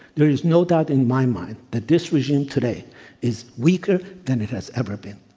there is no doubt in my mind that this regime today is weaker than it has ever been.